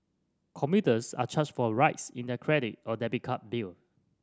commuters are charged for rides in their credit or debit card bill